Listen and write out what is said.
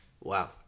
Wow